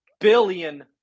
billion